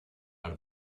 out